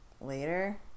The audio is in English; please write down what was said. later